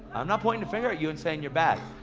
i'm not pointing a finger at you and saying you're bad.